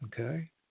Okay